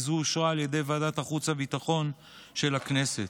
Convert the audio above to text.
וזה אושר על ידי ועדת החוץ והביטחון של הכנסת.